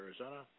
Arizona